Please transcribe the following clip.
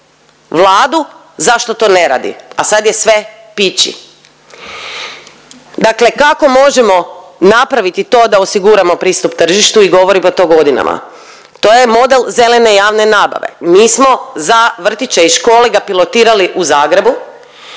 Vladu zašto to ne radi, a sad je sve „piči“. Dakle, kako možemo napraviti to da osiguramo pristup tržištu i govorimo to godinama. To je model zelene javne nabave. Mi smo za vrtiće i škole ga pilotirali u Zagrebu